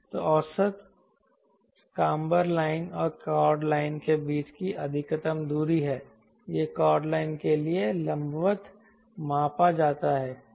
तो औसत camber line और कॉर्ड लाइन के बीच की अधिकतम दूरी है यह कॉर्ड लाइन के लिए लंबवत मापा जाता है